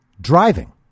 driving